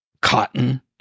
Cotton